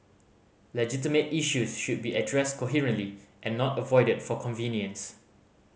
legitimate issues should be addressed coherently and not avoided for convenience